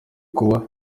kuba